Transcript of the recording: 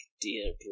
Dear